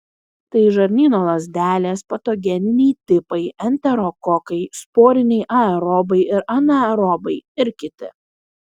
tai žarnyno lazdelės patogeniniai tipai enterokokai sporiniai aerobai ir anaerobai ir kiti